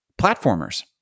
platformers